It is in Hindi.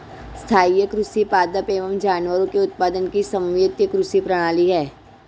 स्थाईं कृषि पादप एवं जानवरों के उत्पादन की समन्वित कृषि प्रणाली है